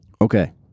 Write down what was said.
Okay